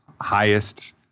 highest